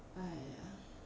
!aiya!